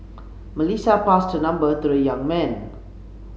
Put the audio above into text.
Melissa passed her number to the young man